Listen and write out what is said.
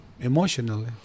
emotionally